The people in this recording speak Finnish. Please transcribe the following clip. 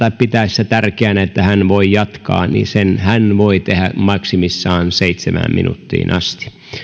pitäessä tärkeänä että hän voi jatkaa sen hän voi tehdä maksimissaan seitsemään minuuttiin asti